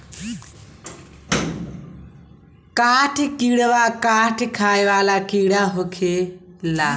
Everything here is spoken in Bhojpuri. काठ किड़वा काठ खाए वाला कीड़ा होखेले